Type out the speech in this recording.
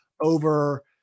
over